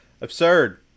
Absurd